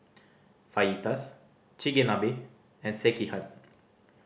Fajitas Chigenabe and Sekihan